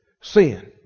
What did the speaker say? sin